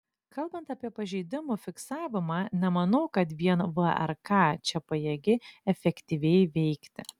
kalbant apie pažeidimų fiksavimą nemanau kad vien vrk čia pajėgi efektyviai veikti